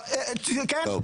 כן?